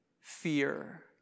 fear